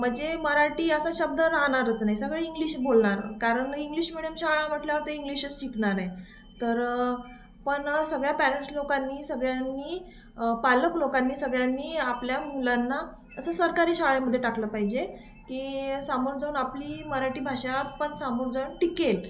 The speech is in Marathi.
म्हणजे मराठी असा शब्द राहणारच नाही सगळे इंग्लिश बोलणार कारण इंग्लिश मिडियम शाळा म्हटल्यावर तर इंग्लिशच शिकणार आहे तर पण सगळ्या पेरेंट्स लोकांनी सगळ्यांनी पालक लोकांनी सगळ्यांनी आपल्या मुलांना असं सरकारी शाळेमध्ये टाकलं पाहिजे की समोर जाऊन आपली मराठी भाषा पण समोर जाऊन टिकेल